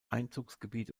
einzugsgebiet